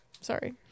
sorry